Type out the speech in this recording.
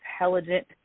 intelligent